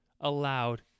allowed